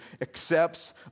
accepts